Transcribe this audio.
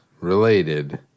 related